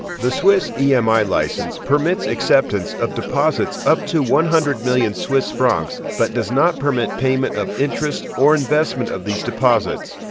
the swiss emi license permits acceptance of deposits up to one hundred million swiss francs but does not permit payment of interest or investment of these deposits.